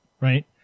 right